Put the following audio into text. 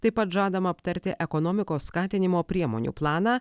taip pat žadama aptarti ekonomikos skatinimo priemonių planą